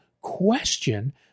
question